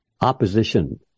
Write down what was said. opposition